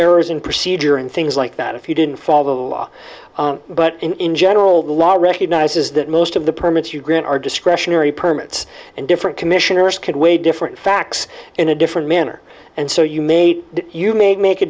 errors in procedure and things like that if you didn't follow the law but in general the law recognizes that most of the permits you grant are discretionary permits and different commissioners can weigh different facts in a different manner and so you made you made make a